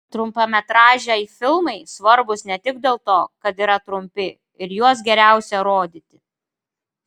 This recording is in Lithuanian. trumpametražiai filmai svarbūs ne tik dėl to kad yra trumpi ir juos geriausia rodyti